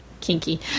Kinky